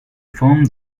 formed